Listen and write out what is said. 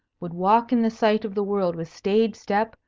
would walk in the sight of the world with staid step,